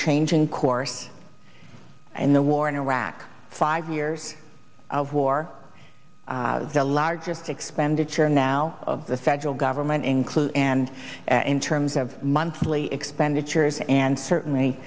changing course in the war in iraq five years of war the largest expenditure now of the federal government including and in terms of monthly expenditures and certainly